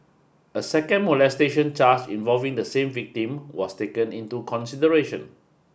a second molestation charge involving the same victim was taken into consideration